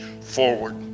forward